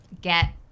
get